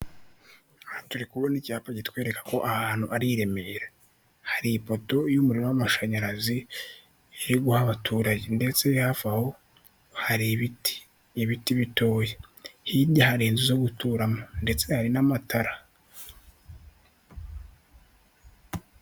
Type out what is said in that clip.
Turi kubona icyapa kitwereka ko aha hantu ari i Remera, hari ipoto y'umuriro w'amashanyarazi iri guha abaturage ndetse hafi aho hari ibiti, ibiti bitoya, hirya hari inzu zo guturamo ndetse hari n'amatara.